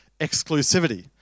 exclusivity